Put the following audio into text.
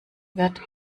wird